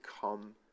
come